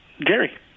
Gary